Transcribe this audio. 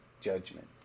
judgment